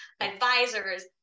advisors